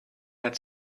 had